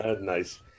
nice